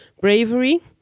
bravery